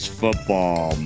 football